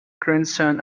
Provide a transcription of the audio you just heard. grandson